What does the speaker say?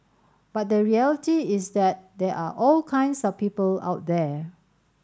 but the reality is that there are all kinds of people out there